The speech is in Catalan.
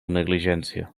negligència